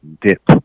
dip